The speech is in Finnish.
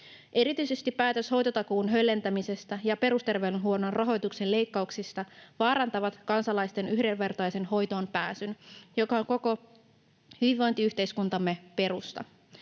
Erityisesti päätökset hoitotakuun höllentämisestä ja perusterveydenhuollon rahoituksen leikkauksista vaarantavat kansalaisten yhdenvertaisen hoitoonpääsyn, joka on koko hyvinvointiyhteiskuntamme perusta.